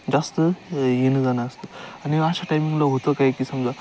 जास्त येणं जाणं असतं आणि अशा टायमिंगला होतं काय की समजा